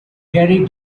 gary